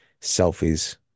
selfies